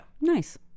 Nice